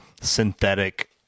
synthetic